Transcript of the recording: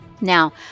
Now